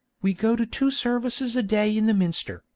we go to two services a day in the minster,